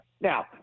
Now